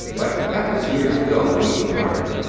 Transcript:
but that was years ago, when he was learning.